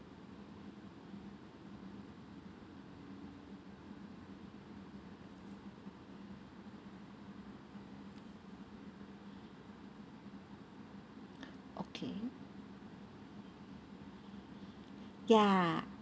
okay ya